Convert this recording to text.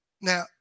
Now